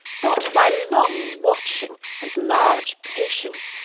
got by long watching and large patience,